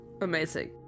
Amazing